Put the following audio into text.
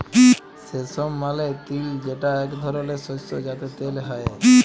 সেসম মালে তিল যেটা এক ধরলের শস্য যাতে তেল হ্যয়ে